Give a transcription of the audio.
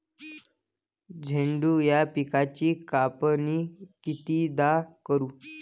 झेंडू या पिकाची कापनी कितीदा करू?